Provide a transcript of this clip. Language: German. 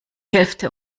hälfte